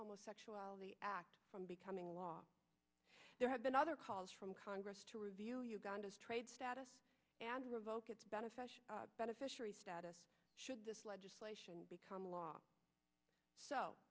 homosexual the act from becoming law there have been other calls from congress to review uganda's trade status and revoke it's beneficial beneficiary status should this legislation become law so